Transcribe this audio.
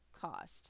cost